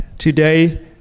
Today